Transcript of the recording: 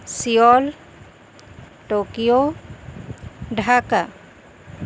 civil Tokyo Dhaka